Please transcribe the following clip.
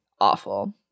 awful